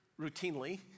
routinely